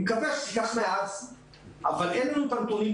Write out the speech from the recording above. אני מקווה שייקח מעט זמן אבל אין לנו כרגע הנתונים,